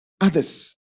Others